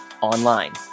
Online